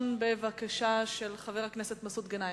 בבקשה, חבר הכנסת מסעוד גנאים.